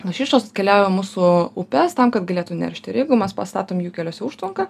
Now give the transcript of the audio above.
lašišos keliauja į mūsų upes tam kad galėtų neršti ir jeigu mes pastatom jų keliuose užtvanką